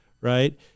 right